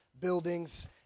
buildings